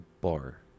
bar